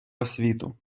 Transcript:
освіту